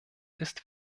ist